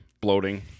bloating